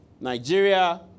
Nigeria